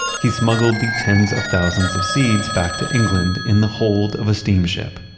he smuggled the tens of thousands of seeds back to england in the hold of a steamship.